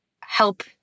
help